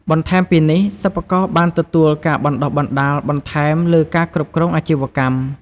បន្ថែមពីនេះ សិប្បករបានទទួលការបណ្ដុះបណ្ដាលបន្ថែមលើការគ្រប់គ្រងអាជីវកម្ម។